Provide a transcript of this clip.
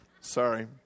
Sorry